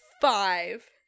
five